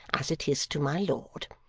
as it is to my lord.